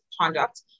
conduct